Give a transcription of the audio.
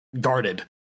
guarded